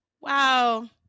wow